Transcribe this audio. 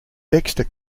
dexter